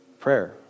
prayer